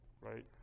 right